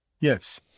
yes